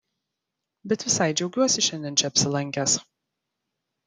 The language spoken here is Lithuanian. bet visai džiaugiuosi šiandien čia apsilankęs